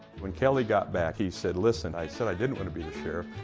when kelley got back, he said, listen, i said i didn't want to be the sheriff.